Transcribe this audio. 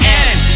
end